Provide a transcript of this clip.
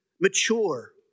mature